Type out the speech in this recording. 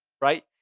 right